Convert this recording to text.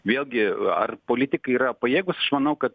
vėlgi ar politikai yra pajėgūs aš manau kad